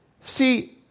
See